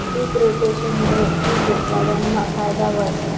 पिक रोटेशनमूये पिक उत्पादनमा फायदा व्हस